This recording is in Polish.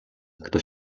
kto